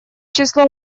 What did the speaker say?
число